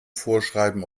vorschreiben